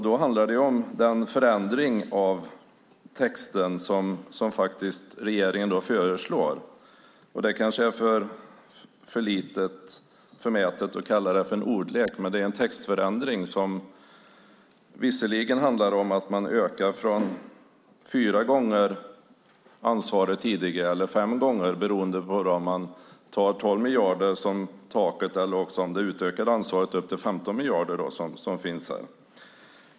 Då handlar det om den förändring av texten som faktiskt regeringen föreslår. Det kanske är förmätet att kalla det för en ordlek, men det är en textförändring som visserligen handlar om att man ökar ansvaret fyra eller fem gånger mot tidigare beroende på om man tar 12 miljarder som tak eller det utökade ansvaret upp till 15 miljarder som finns här.